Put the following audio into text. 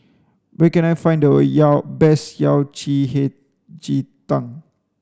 where can I find the Yao best Yao Chi Hei Ji Tang